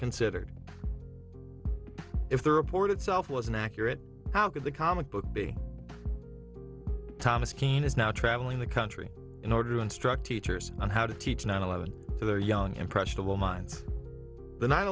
considered if the report itself was inaccurate how could the comic book be thomas kean is now traveling the country in order to instruct teachers on how to teach nine eleven to their young impressionable minds the nine